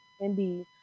indeed